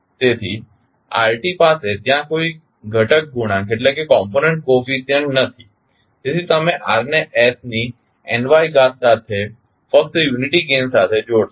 તેથી rt પાસે ત્યાં કોઈ ઘટક ગુણાંક નથી તેથી તમે r ને s ની ny ઘાત સાથે ફકત યુનિટી ગેઇન સાથે જોડશો